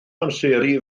amseru